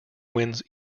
wins